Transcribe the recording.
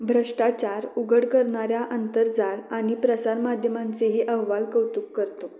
भ्रष्टाचार उघड करणाऱ्या आंतरजाल आणि प्रसारमाध्यमांचेही अहवाल कौतुक करतो